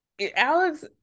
Alex